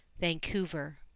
Vancouver